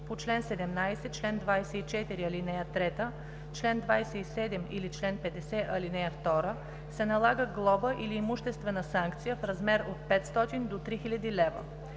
по чл. 17, чл. 24, ал. 3, чл. 27 или чл. 50, ал. 2, се налага глоба или имуществена санкция в размер от 500 до 3000 лв.